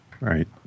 Right